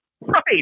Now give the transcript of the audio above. Right